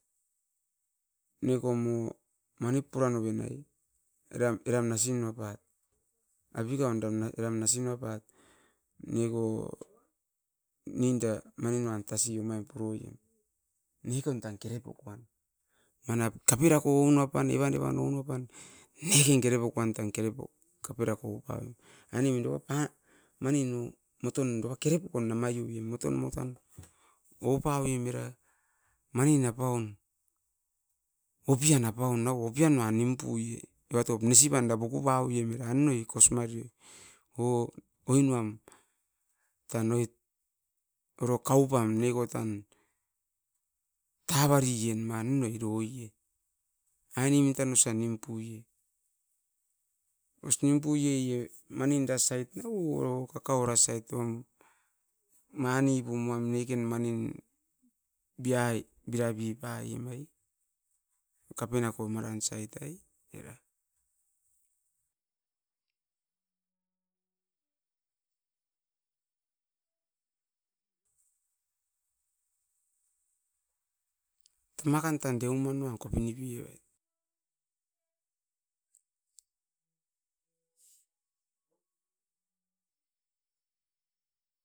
No tan tatutun ai neko orosan torerean ne no oit kosi mare nevait, kaperako oinia ppa o evan tan. Neken kere pokoan tan. Aine min no moton dova kere pokon namaion ou pavoim era manin apaun aine min tau osa nim puie. Os nim puie maran side nau o kapenako maran side manipam. Era no kakau side no mani biai bira pipun nem aine min, tamakan wan deuman eran tan, manin apaun opian apaun, deuman no tan.